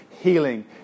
Healing